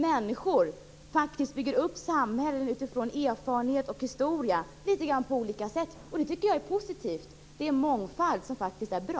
Människor bygger faktiskt upp samhällen på olika sätt utifrån erfarenhet och historia. Det tycker jag är positivt. Det är mångfald, som faktiskt är bra.